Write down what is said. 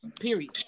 Period